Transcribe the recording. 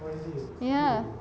ya